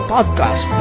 Podcast